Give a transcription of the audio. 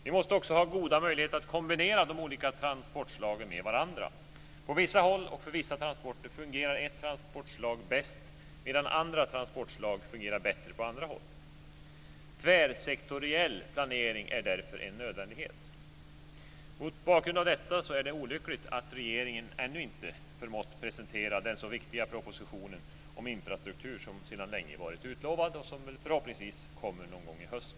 Vi måste också ha goda möjligheter att kombinera de olika transportslagen med varandra. På vissa håll och för vissa transporter fungerar ett transportslag bäst medan andra transportslag fungerar bättre på andra håll. Tvärsektoriell planering är därför en nödvändighet. Mot bakgrund av detta är det olyckligt att regeringen ännu inte har förmått presentera den så viktiga propositionen om infrastruktur som sedan länge är utlovad. Förhoppningsvis kommer den någon gång i höst.